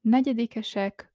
Negyedikesek